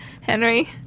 Henry